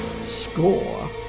score